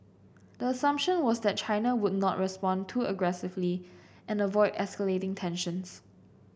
the assumption was that China would not respond too aggressively and avoid escalating tensions